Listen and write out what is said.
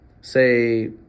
say